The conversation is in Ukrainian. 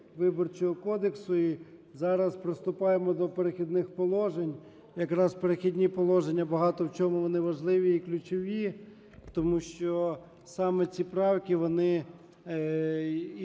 Виборчого кодексу і зараз приступаємо до "Перехідних положень". Якраз "Перехідні положення", багато в чому вони важливі і ключові, тому що саме ці правки, вони… і